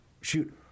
shoot